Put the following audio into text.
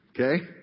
Okay